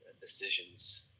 decisions